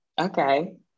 Okay